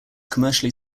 commercially